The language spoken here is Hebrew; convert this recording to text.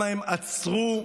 אם אין מחלוקת, אז לא צריך לעורר